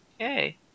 okay